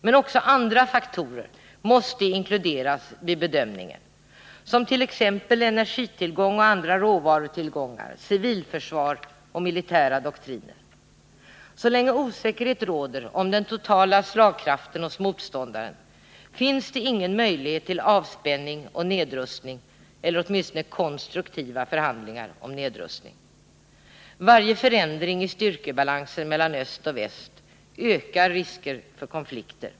Men också andra faktorer måste inkluderas vid bedömningen, t.ex. energitillgång och andra råvarutillgångar, civilförsvar och militära doktriner. Så länge osäkerhet råder om den totala slagkraften hos motståndaren finns det ingen möjlighet till avspänning och nedrustning eller åtminstone konstruktiva förhandlingar om nedrustning. Varje förändring i styrkebalansen mellan öst och väst ökar risken för konflikter.